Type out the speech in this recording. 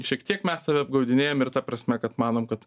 šiek tiek mes save apgaudinėjam ir ta prasme kad manom kad